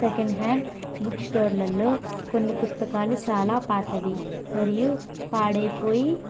second hand book స్టోర్లలో కొన్ని పుస్తకాలు చాలా పాతవి మరియు పాడైపోయి